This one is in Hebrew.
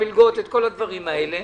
מלגות וכל הדברים האלה,